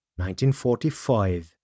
1945